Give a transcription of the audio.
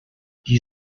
die